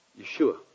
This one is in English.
Yeshua